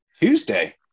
Tuesday